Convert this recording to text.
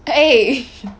eh